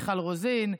מיכל רוזין,